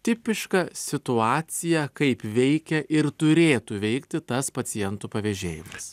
tipiška situacija kaip veikia ir turėtų veikti tas pacientų pavežėjimas